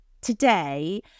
today